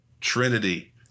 Trinity